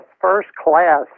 first-class